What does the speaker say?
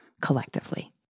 collectively